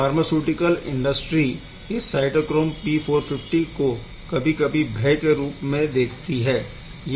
pharmaceutical industry इस cytochrome P450 को कभी कभी भय के रूप में देखती है